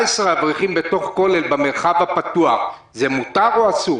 אברכים בתוך כולל במרחב הפתוח זה מותר או אסור?